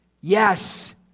Yes